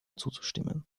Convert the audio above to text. zuzustimmen